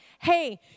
Hey